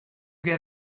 get